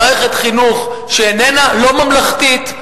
מערכת חינוך שהיא לא ממלכתית.